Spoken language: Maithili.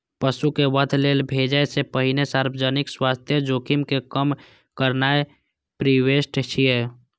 पशु कें वध लेल भेजै सं पहिने सार्वजनिक स्वास्थ्य जोखिम कें कम करनाय प्रीहार्वेस्ट छियै